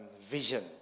vision